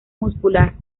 muscular